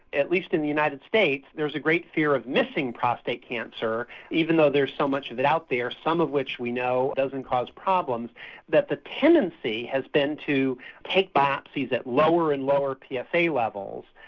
at least in the united states, there was a great fear of missing prostate cancer even though there's so much of it out there, some of which we know doesn't cause problems that the tendency has been to take biopsies at lower and lower yeah psa levels.